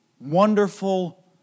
wonderful